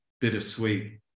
bittersweet